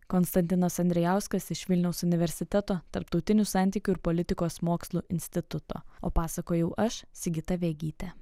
konstantinas andrijauskas iš vilniaus universiteto tarptautinių santykių ir politikos mokslų instituto o pasakojau aš sigita vegytė